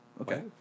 Okay